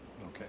Okay